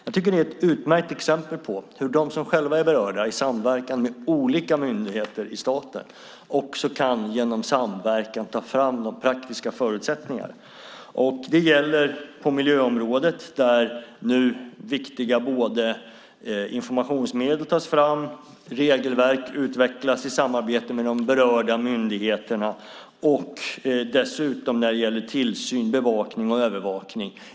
Jag tycker att detta är ett utmärkt exempel på hur de som själva är berörda i samverkan med olika myndigheter i staden kan ta fram de praktiska förutsättningarna. Det gäller på miljöområdet, där nu viktiga informationsmedel tas fram och regelverk utvecklas i samarbete med de berörda myndigheterna. Det gäller dessutom tillsyn, bevakning och övervakning.